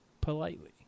politely